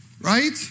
right